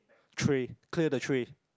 tray clear the tray